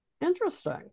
Interesting